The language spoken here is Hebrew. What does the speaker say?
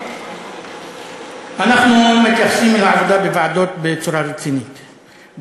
אנחנו מתייחסים לעבודה בוועדות בצורה רצינית,